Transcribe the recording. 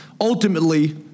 Ultimately